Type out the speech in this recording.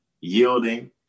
Yielding